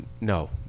No